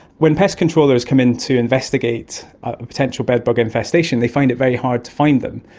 when pest controllers come in to investigate a potential bedbug infestation they find it very hard to find them.